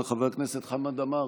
איננה; חבר הכנסת חמד עמאר,